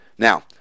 Now